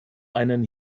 einen